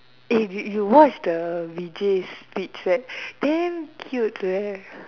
if you you watch the Vijay's speech right damn cute eh